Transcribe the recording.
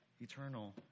eternal